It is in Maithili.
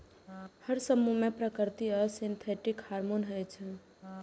हर समूह मे प्राकृतिक आ सिंथेटिक हार्मोन होइ छै